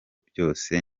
byose